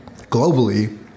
globally